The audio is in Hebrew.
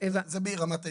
זה ברמת העיקרון.